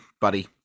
buddy